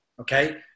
Okay